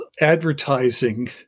advertising